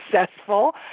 successful